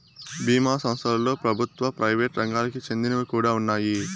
బీమా సంస్థలలో ప్రభుత్వ, ప్రైవేట్ రంగాలకి చెందినవి కూడా ఉన్నాయి